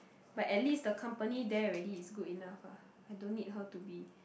but at least the company there already is good enough ah I don't need her to be